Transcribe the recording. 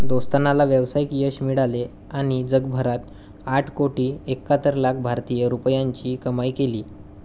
दोस्ताना ला व्यावसायिक यश मिळाले आणि जगभरात आठ कोटी एक्काहत्तर लाख भारतीय रुपयांची कमाई केली